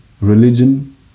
Religion